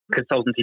consultancy